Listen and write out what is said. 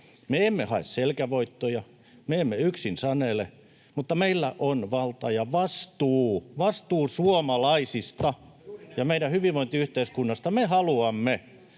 Me emme hae selkävoittoja, me emme yksin sanele, mutta meillä on valta ja vastuu — vastuu suomalaisista ja meidän hyvinvointiyhteiskunnastamme. Me haluamme,